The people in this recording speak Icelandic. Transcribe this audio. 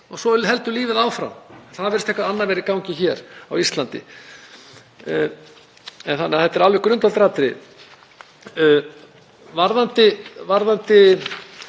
og svo heldur lífið áfram. Það virðist eitthvað annað vera í gangi hér á Íslandi. Þannig að þetta er alveg grundvallaratriði. Varðandi